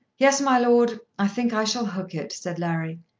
yes, my lord i think i shall hook it, said larry.